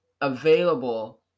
available